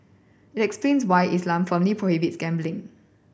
it explains why Islam firmly prohibits gambling